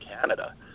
canada